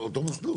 לא.